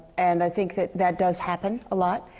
and i think that that does happen a lot.